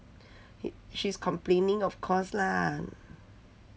h~ he is complaining of course lah